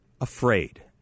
afraid